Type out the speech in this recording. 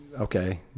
okay